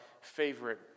favorite